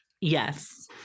Yes